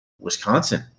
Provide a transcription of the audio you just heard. Wisconsin